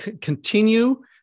continue